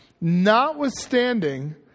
notwithstanding